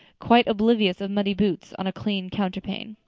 quite oblivious of muddy boots on a clean counterpane.